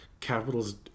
capital's